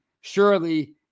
surely